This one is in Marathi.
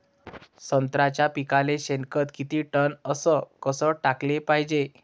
संत्र्याच्या पिकाले शेनखत किती टन अस कस टाकाले पायजे?